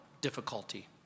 difficulty